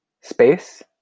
space